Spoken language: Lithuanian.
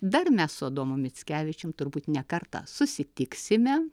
dar mes su adomu mickevičium turbūt ne kartą susitiksime